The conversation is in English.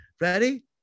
Ready